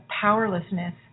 powerlessness